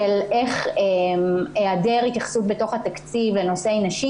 שמראה איך היעדר התייחסות בתוך התקציב לנושא נשים,